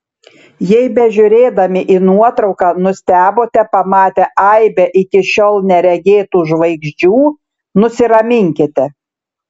jei bežiūrėdami į nuotrauką nustebote pamatę aibę iki šiol neregėtų žvaigždžių nusiraminkite